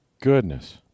Goodness